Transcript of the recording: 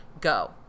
go